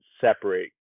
separate